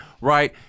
right